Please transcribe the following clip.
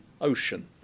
OCEAN